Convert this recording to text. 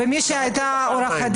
--- איך אתם מנהלים את העניינים.